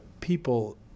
people